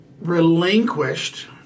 relinquished